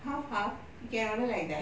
half half you can order like that